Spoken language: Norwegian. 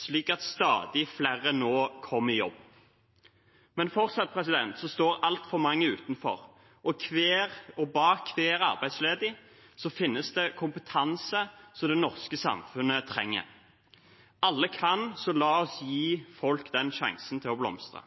slik at stadig flere nå kommer i jobb. Men fortsatt står altfor mange utenfor, og bak hver arbeidsledige finnes det kompetanse det norske samfunnet trenger. Alle kan, så la oss gi folk sjansen til å blomstre!